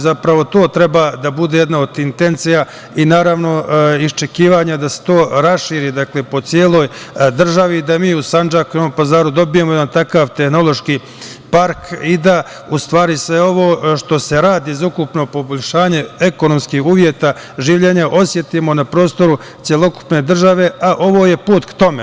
Zapravo, to treba da bude jedna od intencija i naravno, iščekivanje da se to raširi po celoj državi, da mi u Sandžaku i Novom Pazaru dobijemo jedan takav tehnološki park i da u stvari sve ovo što se radi za ukupno poboljšanje ekonomskih uslova življenja osetimo na prostoru celokupne države, a ovo je put ka tome.